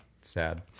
sad